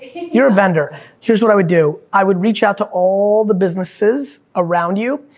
you're a vendor here's what i would do, i would reach out to all the businesses around you,